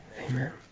Amen